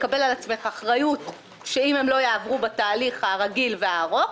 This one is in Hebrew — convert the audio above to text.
לקבל על עצמך אחריות שאם הם לא יעברו בתהליך הרגיל והארוך,